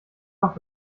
noch